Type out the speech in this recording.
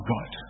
God